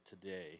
today